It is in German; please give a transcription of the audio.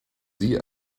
sie